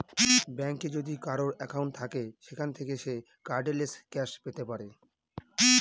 ব্যাঙ্কে যদি কারোর একাউন্ট থাকে সেখান থাকে সে কার্ডলেস ক্যাশ পেতে পারে